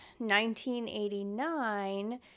1989